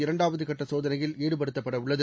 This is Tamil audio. இரண்டாவது கட்ட சோதனையில் ஈடுபடுத்தப்படவுள்ளது